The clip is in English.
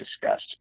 discussed